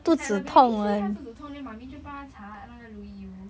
it's like the baby say 他肚子痛 then 妈咪就帮他擦那个如意油